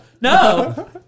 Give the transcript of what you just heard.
No